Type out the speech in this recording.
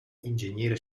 ingegnere